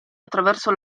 attraverso